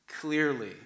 Clearly